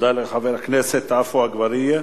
תודה לחבר הכנסת עפו אגבאריה.